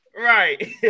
Right